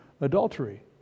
adultery